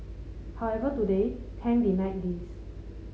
however today Tang denied these